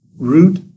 Root